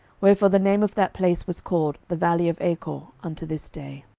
wherefore the name of that place was called, the valley of achor, unto this day.